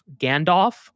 Gandalf